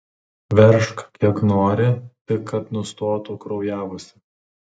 veržk kiek nori tik kad nustotų kraujavusi